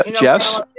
Jess